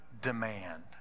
demand